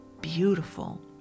beautiful